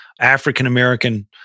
African-American